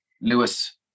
Lewis